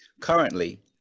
Currently